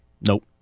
Nope